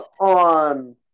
on